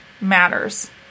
matters